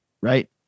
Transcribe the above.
right